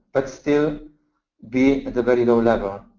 but still be at a very low level.